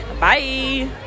Bye